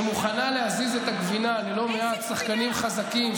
ושמוכנה להזיז את הגבינה ללא מעט שחקנים חזקים,